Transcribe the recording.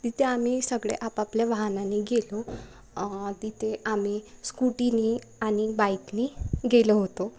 तिथे आम्ही सगळे आपापल्या वाहनाने गेलो तिथे आम्ही स्कूटीने आणि बाईकने गेलो होतो